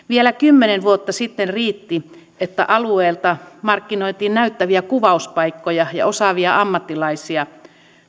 vielä kymmenen vuotta sitten riitti että alueelta markkinoitiin näyttäviä kuvauspaikkoja ja osaavia ammattilaisia